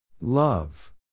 Love